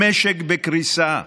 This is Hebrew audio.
המשק בקריסה: